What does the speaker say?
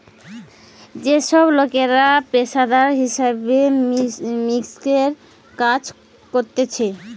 যে সব লোকরা পেশাদারি হিসাব মিক্সের কাজ করতিছে